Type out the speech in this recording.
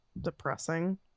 Depressing